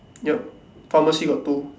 yup pharmacy got two